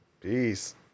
Peace